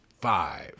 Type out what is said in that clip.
five